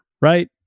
right